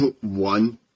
One